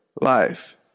life